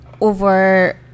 over